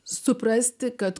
suprasti kad